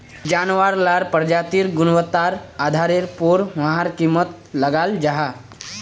जानवार लार प्रजातिर गुन्वात्तार आधारेर पोर वहार कीमत लगाल जाहा